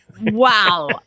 wow